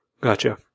Gotcha